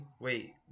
wait